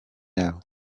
now